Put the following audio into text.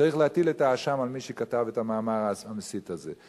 צריך להטיל את האשם על מי שכתב את המאמר המסית הזה.